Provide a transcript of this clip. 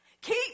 Keep